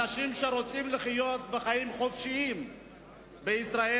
אנשים שרוצים לחיות חיים חופשיים בישראל,